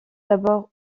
d’abord